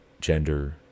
gender